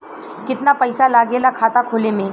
कितना पैसा लागेला खाता खोले में?